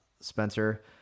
Spencer